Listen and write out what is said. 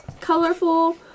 colorful